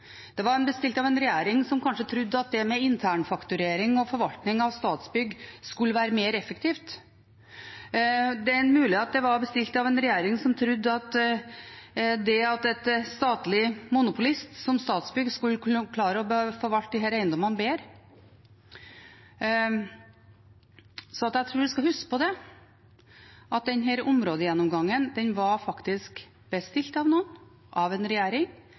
en regjering. Den var bestilt av en regjering som kanskje trodde at det med internfakturering og forvaltning av Statsbygg skulle være mer effektivt. Det er mulig at det var bestilt av en regjering som trodde at en statlig monopolist som Statsbygg skulle klare å forvalte disse eiendommene bedre. Jeg tror at vi skal huske på at denne områdegjennomgangen faktisk var bestilt av noen – av en regjering